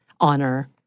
honor